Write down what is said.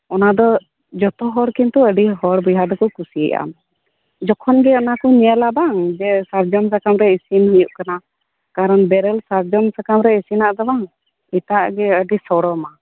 ᱚᱱᱟ ᱫᱚ ᱡᱚᱛᱚ ᱦᱚᱲ ᱠᱤᱱᱛᱩ ᱟᱰᱤ ᱦᱚᱲ ᱵᱚᱭᱦᱟ ᱫᱚᱠᱚ ᱠᱩᱥᱤᱭᱟᱜᱼᱟ ᱡᱚᱠᱷᱚᱱ ᱜᱮ ᱚᱱᱟ ᱠᱚ ᱧᱮᱞᱟ ᱵᱟᱝ ᱡᱮ ᱥᱟᱨᱡᱚᱢ ᱥᱟᱠᱟᱢ ᱨᱮ ᱤᱥᱤᱱ ᱦᱩᱭᱩᱜ ᱠᱟᱱᱟ ᱠᱟᱨᱚᱱ ᱵᱮᱨᱮᱞ ᱥᱟᱨᱡᱚᱢ ᱥᱟᱠᱟᱢ ᱨᱮ ᱤᱥᱤᱱᱟᱜ ᱫᱚ ᱵᱟᱝ ᱮᱴᱟᱜ ᱜᱮ ᱟᱹᱰᱤ ᱥᱚᱲᱚᱢᱟ